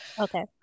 Okay